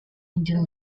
indian